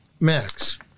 max